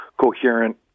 coherent